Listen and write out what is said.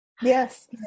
Yes